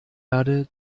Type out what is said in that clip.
erde